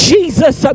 Jesus